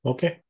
Okay